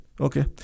Okay